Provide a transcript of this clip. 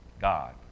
God